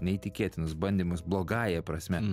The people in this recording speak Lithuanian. neįtikėtinus bandymus blogąja prasme